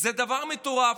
זה דבר מטורף,